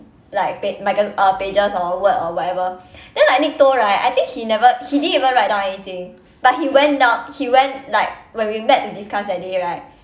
like pa~ micro~ uh pages or word or whatever then like nick toh right I think he never he didn't even write down anything but he went down he went like when we met to discuss that day right